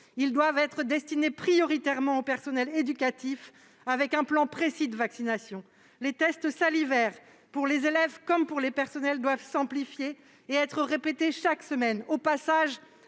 doses doivent être destinées prioritairement aux personnels éducatifs, avec un plan précis de vaccination. Les tests salivaires pour les élèves comme pour les personnels doivent s'amplifier et être répétés chaque semaine. Au passage,